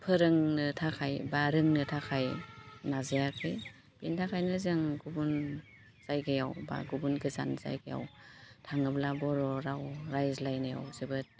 फोरोंनो थाखाय बा रोंनो थाखाय नाजायाखै बेनि थाखायनो जों गुबुन जायगायाव बा गुबुन गोजान जायगायाव थाङोब्ला बर' राव रायज्लायनायाव जोबोद